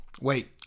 wait